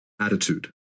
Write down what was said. attitude